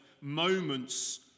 moments